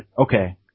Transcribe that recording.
okay